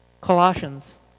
Colossians